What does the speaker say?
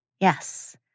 Yes